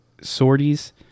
sorties